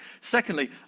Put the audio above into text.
Secondly